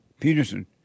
Peterson